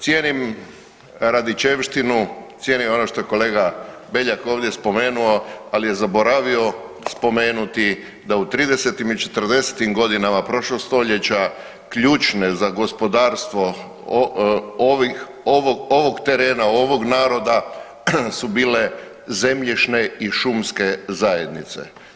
Cijenim radičevštinu, cijenim ono što je kolega Beljak ovdje spomenuo, ali je zaboravio spomenuti da u tridesetim i četrdesetim godinama prošlog stoljeća ključne za gospodarstvo ovog terena, ovog naroda su bile zemljišne i šumske zajednice.